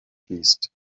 fließt